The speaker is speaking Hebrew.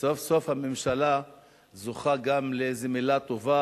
סוף-סוף הממשלה זוכה גם לאיזו מלה טובה,